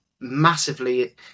massively